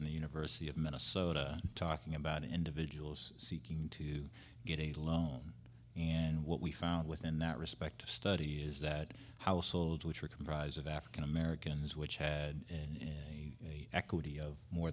and the university of minnesota talking about individuals seeking to get a loan and what we found within that respective study is that households which are comprised of african americans which had been in equity of more